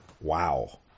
Wow